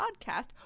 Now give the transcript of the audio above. Podcast